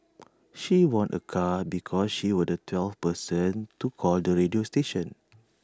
she won A car because she was the twelfth person to call the radio station